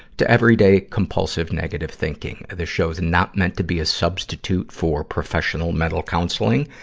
to everyday, compulsive negative thinking. this show's not meant to be a substitute for professional mental counseling.